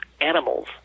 animals